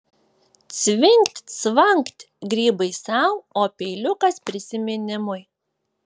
cvingt cvangt grybai sau o peiliukas prisiminimui